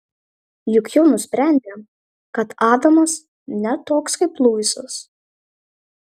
juk jau nusprendė kad adamas ne toks kaip luisas